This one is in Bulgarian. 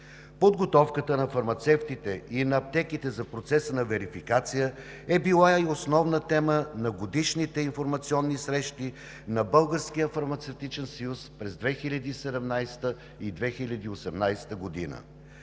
Подготовката на фармацевтите и на аптеките за процеса на верификация е била и основна тема на годишните информационни срещи на Българския фармацевтичен съюз през 2017-а и 2018 г.